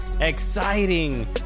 exciting